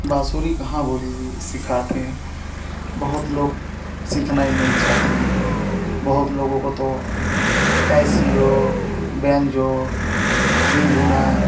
बाँसुरी कहाँ बोलिए सिखाते हैं बहुत लोग सीखना ही नहीं चाहते हैं बहुत लोगों को तो काइसियो ब्रेंजों झुनझुना